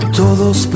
todos